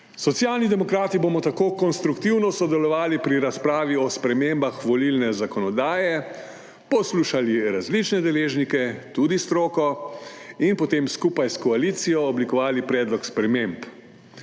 Socialni demokrati bomo tako konstruktivno sodelovali pri razpravi o spremembah volilne zakonodaje, poslušali različne deležnike, tudi stroko in potem skupaj s koalicijo oblikovali predlog sprememb.